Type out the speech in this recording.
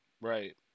Right